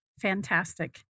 fantastic